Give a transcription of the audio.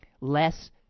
less